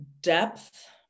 depth